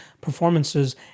performances